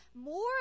more